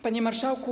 Panie Marszałku!